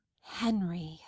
henry